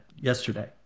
yesterday